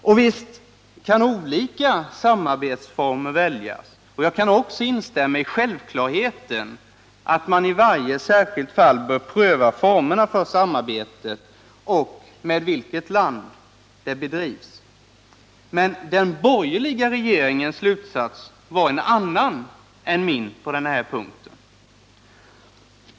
Och visst kan olika samarbetsformer väljas. Jag kan också instämma i självklarheten att man i varje särskilt fall bör pröva formerna för samarbetet och med vilket land det bedrivs. Men den borgerliga regeringens slutsats var en annan än min på den här punkten.